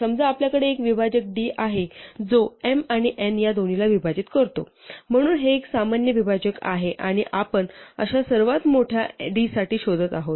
समजा आपल्याकडे एक विभाजक d आहे जो m आणि n या दोन्हीला विभाजित करतो म्हणून हे एक सामान्य विभाजक आहे आणि आपण अशा सर्वात मोठ्या d साठी शोधत आहोत